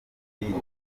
nkambi